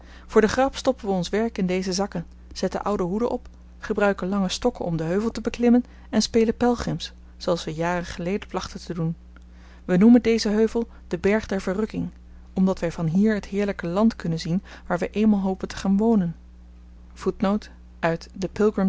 voor de grap stoppen we ons werk in deze zakken zetten oude hoeden op gebruiken lange stokken om den heuvel te beklimmen en spelen pelgrims zooals we jaren geleden plachten te doen wij noemen dezen heuvel de berg der verrukking omdat wij van hier het heerlijke land kunnen zien waar wij eenmaal hopen te gaan wonen